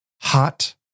hot